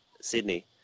Sydney